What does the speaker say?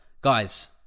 guys